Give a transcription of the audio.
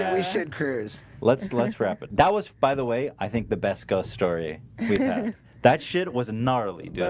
yeah we should cruise let's lunch rappin that was by the way. i think the best ghost story that shit was a gnarly go.